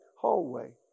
hallway